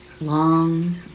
long